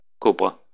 Cobra